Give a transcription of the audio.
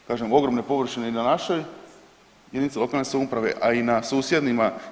Kažem ogromne površine i na našoj jedinici lokalne samouprave, a i na susjednima.